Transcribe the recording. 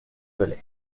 velay